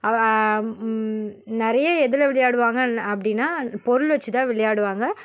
நிறைய எதில் விளையாடுவாங்க அப்படினா பொருள் வச்சு தான் விளையாடுவாங்க